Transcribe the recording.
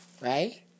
Right